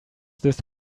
this